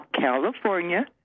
California